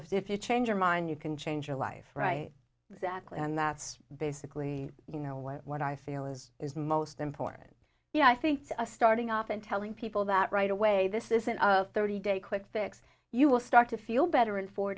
so if you change your mind you can change your life right exactly and that's basically you know what i feel is is most important you know i think it's a starting up and telling people that right away this isn't of thirty day quick fix you will start to feel better in four